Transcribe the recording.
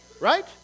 right